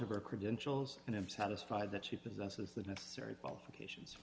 of her credentials and i'm satisfied that she possesses the necessary qualification